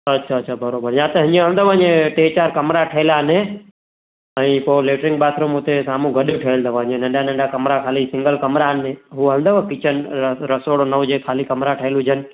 अछा छा बरोबरु या हीअं हूंदव जीअं टे चार कमरा ठहियलु आहिनि ऐं पोइ लैट्रिन बाथरुम हुते साम्हूं गॾु ठहियलु अथव जीअं नंढा नंढा कमरा ख़ाली सिंगल कमरा आहिनि हू हलंदव किचन र रसोड़ो न हुजे ख़ाली कमरा ठहियलु हुजनि